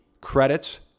credits